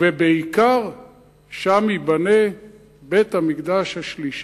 ובעיקר שם ייבנה בית-המקדש השלישי.